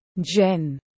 Jen